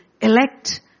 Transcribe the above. elect